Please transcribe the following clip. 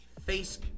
face